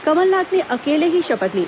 कमलनाथ ने अकेले ही शपथ ली